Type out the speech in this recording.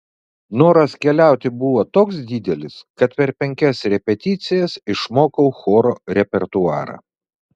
noras keliauti buvo toks didelis kad per penkias repeticijas išmokau choro repertuarą